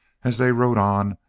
as they rode on,